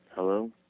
Hello